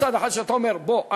מצד אחד אתה אומר: בוא,